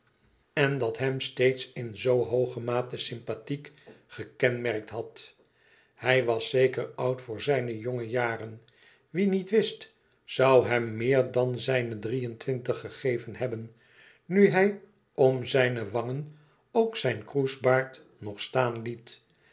en dat hem steeds in zoo hooge mate sympathiek gekenmerkt had hij was zeker oud voor zijne jonge jaren wie niet wist zoû hem meer dan zijne drie-en-twintig gegeven hebben nu hij om zijne wangen ook zijn kroesbaard nog staan liet